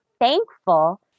thankful